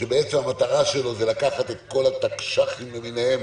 שהמטרה שלו היא לקחת את כל התקש"חים למיניהם